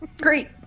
Great